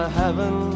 heaven